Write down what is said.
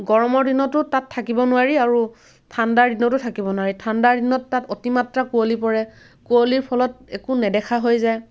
গৰমৰ দিনতো তাত থাকিব নোৱাৰি আৰু ঠাণ্ডাৰ দিনতো থাকিব নোৱাৰি ঠাণ্ডাৰ দিনত তাত অতিমাত্ৰা কুঁৱলী পৰে কুঁৱলীৰ ফলত একো নেদেখা হৈ যায়